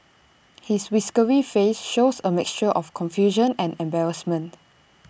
his whiskery face shows A mixture of confusion and embarrassment